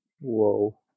Whoa